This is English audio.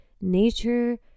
nature